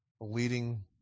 leading